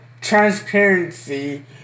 transparency